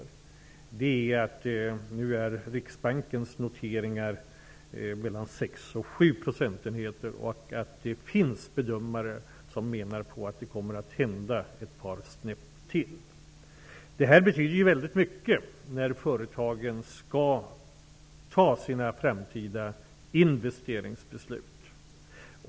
När nedläggningsbesluten kom var räntan många gånger uppe i ca 20 procentenheter. Det finns bedömare som menar att räntan nu kommer att sjunka ett par snäpp till. Det betyder väldigt mycket när företagen skall fatta sina framtida investeringsbeslut.